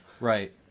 Right